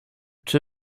czy